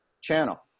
channel